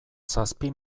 zazpi